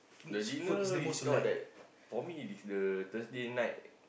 the dinner is not that for me it is the Thursday night